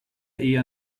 eher